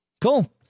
cool